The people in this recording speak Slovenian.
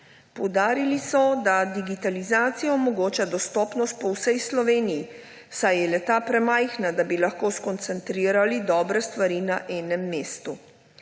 Poudarili so, da digitalizacija omogoča dostopnost po vsej Slovenji, saj je le-ta premajhna, da bi lahko skoncentrirali dobre stvari na enem mestu.